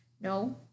No